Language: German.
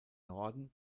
norden